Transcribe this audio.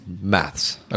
maths